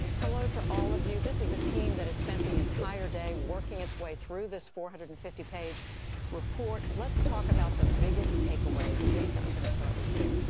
hello to all of you. this is a team that has spent the entire day working its way through this four hundred and fifty page report. let's talk about the biggest takeaways. and, lisa, i'm going to start with you.